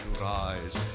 rise